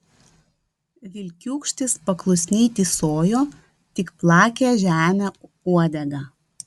vilkiūkštis paklusniai tysojo tik plakė žemę uodegą